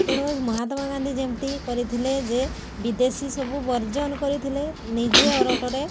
ତେଣୁ ମହାତ୍ମା ଗାନ୍ଧୀ ଯେମିତି କରିଥିଲି ଯେ ବିଦେଶୀ ସବୁ ବର୍ଜନ କରିଥିଲି ନିଜେ ଅରଟରେ